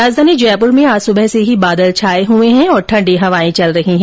राजघानी जयपुर में आज सुबह से बादल छाये हुए है और ठण्डी हवाएं चल रही है